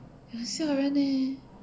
很吓人 leh